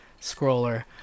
scroller